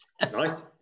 Nice